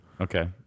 Okay